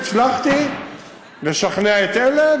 הצלחתי לשכנע את אלה,